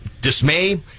dismay